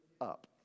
up